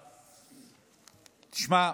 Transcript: תשמע,